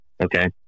Okay